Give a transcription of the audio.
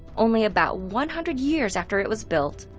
only about one hundred years after it was built,